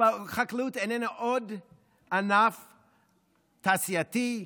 חקלאות איננה עוד ענף תעשייתי,